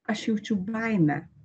aš jaučiu baimę